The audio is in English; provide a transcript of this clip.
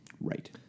right